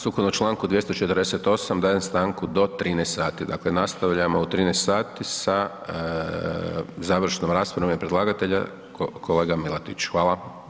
Sukladno članku 248. dajem stanku do 13 sati, dakle nastavljamo u 13 sati sa završnom raspravom u ime predlagatelja, kolega Milatić, hvala.